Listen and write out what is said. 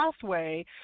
pathway